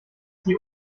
die